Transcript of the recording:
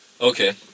Okay